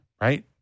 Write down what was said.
right